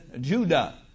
Judah